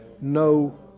no